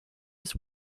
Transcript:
was